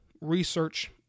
research